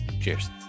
Cheers